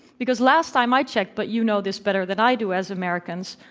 because last time i checked, but you know this better than i do as americans,